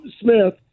Smith